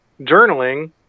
journaling